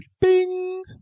bing